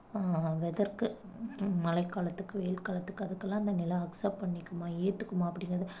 வெதருக்கு மழைக்காலத்துக்கு வெயில் காலத்துக்கு அதுக்கெல்லாம் அந்த நிலம் அக்ஸப்ட் பண்ணிக்குமா ஏத்துக்கும்மா அப்படிங்குறது